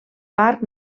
parc